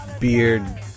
beard